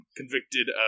convicted